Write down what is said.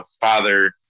father